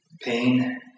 pain